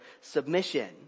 submission